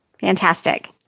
Fantastic